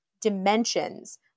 dimensions